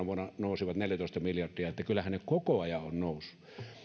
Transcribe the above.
vuonna nousivat neljätoista miljardia että kyllähän ne koko ajan ovat nousseet